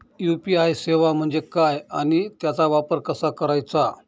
UPI सेवा म्हणजे काय आणि त्याचा वापर कसा करायचा?